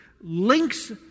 links